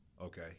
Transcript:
Okay